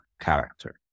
character